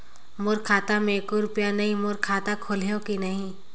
मोर खाता मे एको रुपिया नइ, मोर खाता खोलिहो की नहीं?